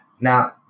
now